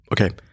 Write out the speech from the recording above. Okay